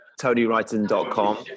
TonyWrighton.com